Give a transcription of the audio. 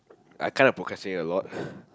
I kinda procrastinate a lot